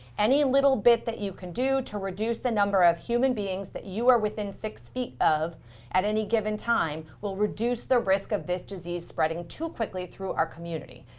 any little bit that you can do to reduce the number of human beings that you are within six feet of at any given time will reduce the risk of this disease spreading too quickly through our community.